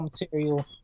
material